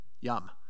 Yum